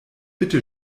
bitte